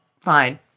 Fine